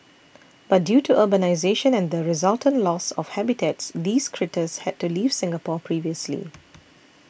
but due to urbanisation and the resultant loss of habitats these critters had to leave Singapore previously